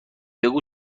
بگو